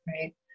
right